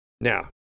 Now